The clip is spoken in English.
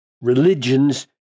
religions